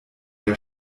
der